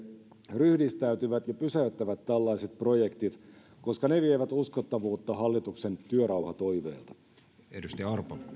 ryhdistäytyvät ja pysäyttävät tällaiset projektit koska ne vievät uskottavuutta hallituksen työrauhatoiveelta